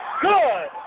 good